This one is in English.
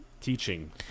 teaching